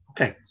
Okay